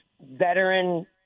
veteran